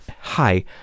hi